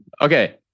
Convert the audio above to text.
Okay